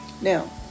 now